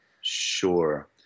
Sure